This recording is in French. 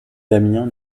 damiens